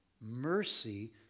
Mercy